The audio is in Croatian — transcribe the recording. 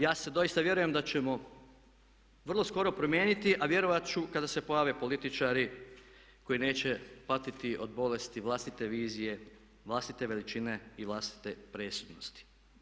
Ja doista vjerujem da ćemo vrlo skoro promijeniti, a vjerovat ću kada se pojave političari koji neće patiti od bolesti vlastite vizije, vlastite veličine i vlastite presudnosti.